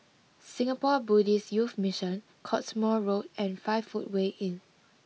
Singapore Buddhist Youth Mission Cottesmore Road and five footway Inn